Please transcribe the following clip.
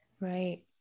Right